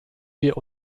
wir